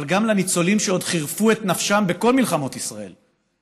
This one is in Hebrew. אבל גם לניצולים שעוד חירפו את נפשם בכל מלחמות ישראל,